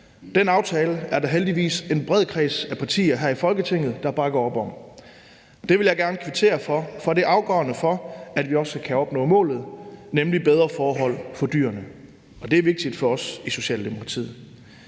Den aftale er der heldigvis en bred kreds af partier her i Folketinget der bakker op om. Det vil jeg gerne kvittere for, for det er afgørende for, at vi også kan opnå målet, nemlig bedre forhold for dyrene. Og det er vigtigt for os i Socialdemokratiet.